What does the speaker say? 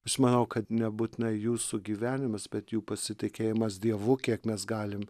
aš manau kad nebūtinai jūsų gyvenimas bet jų pasitikėjimas dievu kiek mes galim